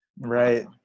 Right